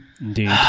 Indeed